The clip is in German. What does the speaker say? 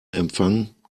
empfang